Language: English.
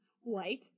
White